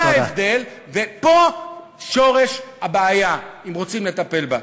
זה ההבדל, ופה שורש הבעיה אם רוצים לטפל בה.